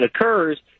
occurs